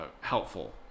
helpful